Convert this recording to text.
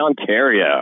Ontario